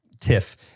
tiff